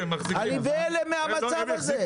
אני בהלם מהמצב הזה.